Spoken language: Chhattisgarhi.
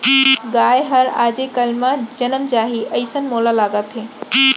गाय हर आजे काल म जनम जाही, अइसन मोला लागत हे